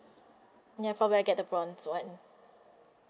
ya probably I'll get the bronze [one]